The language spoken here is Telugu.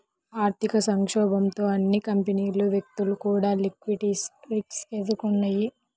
ఆర్థిక సంక్షోభంతో అన్ని కంపెనీలు, వ్యక్తులు కూడా లిక్విడిటీ రిస్క్ ఎదుర్కొన్నయ్యి